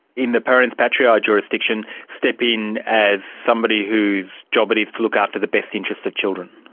in the parens patriae ah jurisdiction, step in as somebody whose job it is to look after the best interests of children?